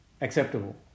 acceptable